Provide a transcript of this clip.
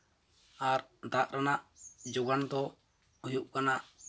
ᱟᱨ ᱫᱟᱜ ᱨᱮᱱᱟᱜ ᱡᱳᱜᱟᱱ ᱫᱚ ᱦᱩᱭᱩᱜ ᱠᱟᱱᱟ